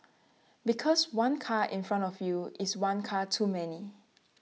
because one car in front of you is one car too many